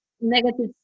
negative